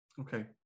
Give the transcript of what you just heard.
okay